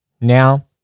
Now